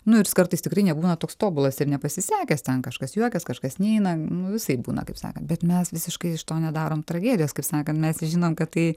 nu ir jis kartais tikrai nebūna toks tobulas ir nepasisekęs ten kažkas juokias kažkas neina nu visaip būna kaip sakant bet mes visiškai iš to nedarom tragedijos kaip sakant mes žinom kad tai